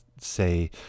say